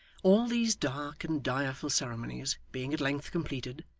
all these dark and direful ceremonies being at length completed,